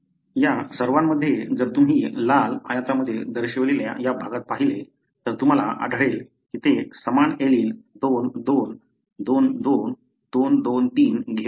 या सर्वांमध्ये जर तुम्ही लाल आयतामध्ये दर्शविलेल्या या भागात पाहिले तर तुम्हाला आढळेल की ते समान एलील 2 2 2 2 2 2 3 घेऊन गेले आहेत